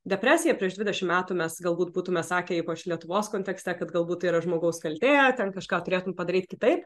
depresija prieš dvidešim metų mes galbūt būtume sakę ypač lietuvos kontekste kad galbūt tai yra žmogaus kaltė ten kažką turėtum padaryt kitaip